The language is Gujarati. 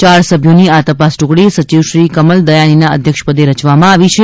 ચાર સભ્યોની આ તપાસ ટુકડી સચિવ શ્રી કમલ દયાનીના અધ્યક્ષપદે રચવામાં આવી છે